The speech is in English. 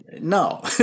no